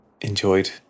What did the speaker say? enjoyed